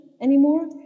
anymore